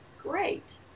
great